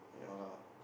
ya lah